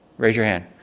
raise your hand.